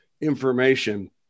information